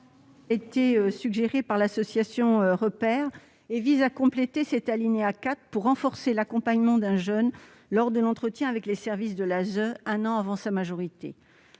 suggéré par l'association Repairs ! vise à compléter l'alinéa 4 pour renforcer l'accompagnement d'un jeune lors de l'entretien avec les services de l'ASE un an avant sa majorité.